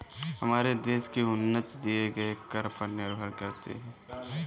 हमारे देश की उन्नति दिए गए कर पर निर्भर करती है